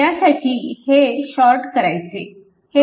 त्यासाठी हे शॉर्ट करायचे